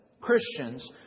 Christians